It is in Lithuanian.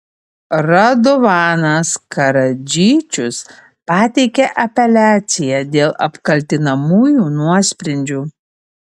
radovanas karadžičius pateikė apeliaciją dėl apkaltinamųjų nuosprendžių